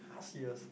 !huh! serious